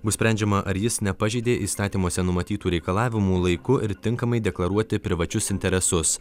bus sprendžiama ar jis nepažeidė įstatymuose numatytų reikalavimų laiku ir tinkamai deklaruoti privačius interesus